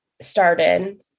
started